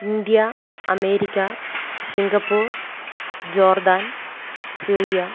India America Singapore jordan Syria